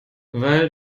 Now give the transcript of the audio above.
weil